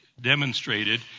demonstrated